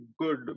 good